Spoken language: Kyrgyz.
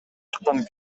чыккан